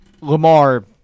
Lamar